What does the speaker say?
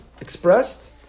expressed